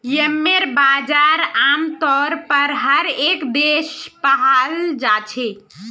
येम्मन बजार आमतौर पर हर एक देशत पाल जा छे